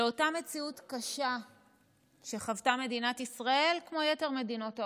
לאותה מציאות קשה שחוותה מדינת ישראל כמו יתר מדינות העולם.